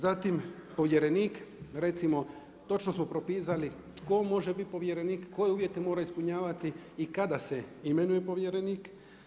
Zatim povjerenik recimo, točno smo propisali tko može biti povjerenik, koje uvjete mora ispunjavati i kada se imenuje povjerenik.